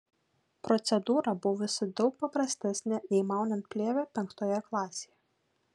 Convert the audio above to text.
procedūra buvusi daug paprastesnė nei maunant plėvę penktoje klasėje